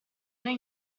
noi